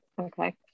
Okay